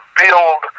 build